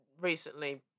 recently